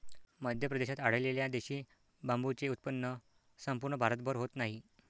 मध्य प्रदेशात आढळलेल्या देशी बांबूचे उत्पन्न संपूर्ण भारतभर होत नाही